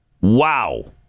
Wow